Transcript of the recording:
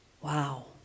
Wow